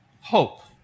hope